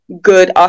good